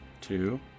Two